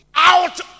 Out